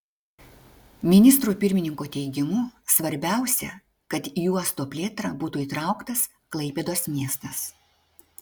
ministro pirmininko teigimu svarbiausia kad į uosto plėtrą būtų įtrauktas klaipėdos miestas